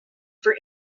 for